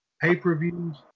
pay-per-views